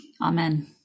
Amen